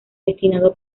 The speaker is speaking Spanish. destinado